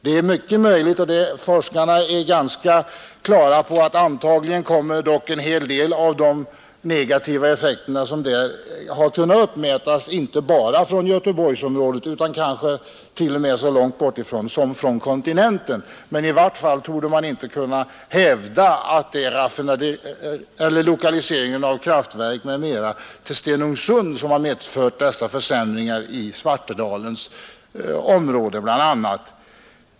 Det är mycket möjligt, och forskarna är ganska klara över detta, att en hel del av de negativa effekter som kunnat uppmätas antagligen inte bara kommer från Göteborgsområdet utan kanske t.o.m. så långt ifrån som från kontinenten. I vart fall torde man inte kunna hävda att lokaliseringen av kraftverk m.m. till Stenungsund har medfört dessa försämringar i bl.a. Svartedalens område.